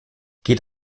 geht